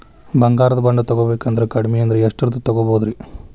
ಬಂಗಾರ ಬಾಂಡ್ ತೊಗೋಬೇಕಂದ್ರ ಕಡಮಿ ಅಂದ್ರ ಎಷ್ಟರದ್ ತೊಗೊಬೋದ್ರಿ?